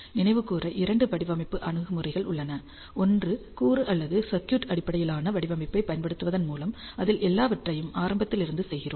நினைவுகூர இரண்டு வடிவமைப்பு அணுகுமுறைகள் உள்ளன ஒன்று கூறு அல்லது சர்க்யூட் அடிப்படையிலான வடிவமைப்பைப் பயன்படுத்துவதன் மூலம் அதில் எல்லாவற்றையும் ஆரம்பத்தில் இருந்து செய்கிறோம்